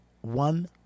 one